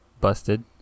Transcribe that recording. busted